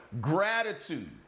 Gratitude